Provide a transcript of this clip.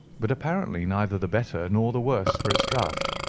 but apparently neither the better nor the worse for its draught.